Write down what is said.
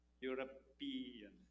European